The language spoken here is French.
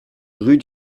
rue